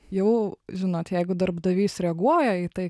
jau žinot jeigu darbdavys reaguoja į tai